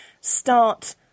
start